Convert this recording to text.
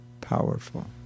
powerful